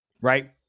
right